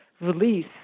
release